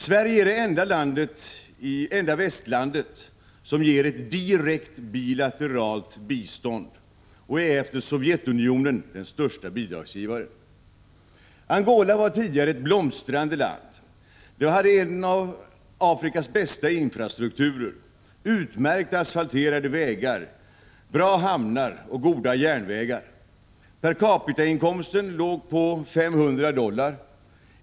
Sverige är det enda västlandet som ger ett direkt bilateralt bistånd. Sverige är efter Sovjetunionen den största bidragsgivaren. Angola var tidigare ett blomstrande land. Det hade en av Afrikas bästa infrastrukturer: utmärkta asfalterade vägar, bra hamnar och goda järnvägar. Per capita-inkomsten låg på 500 dollar.